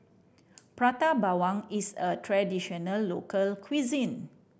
Prata Bawang is a traditional local cuisine